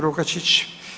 Lukačić.